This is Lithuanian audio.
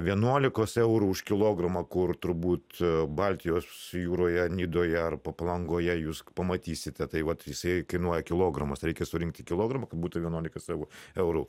vienuolikos eurų už kilogramą kur turbūt baltijos jūroje nidoje arpa palangoje jūs pamatysite tai vat jisai kainuoja kilogramas reikia surinkti kilogramą kad būtų vienuolikas eurų eurų